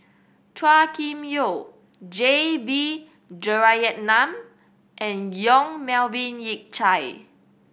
Chua Kim Yeow J B Jeyaretnam and Yong Melvin Yik Chye